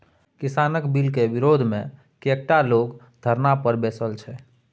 किसानक बिलकेर विरोधमे कैकटा लोग धरना पर बैसल छै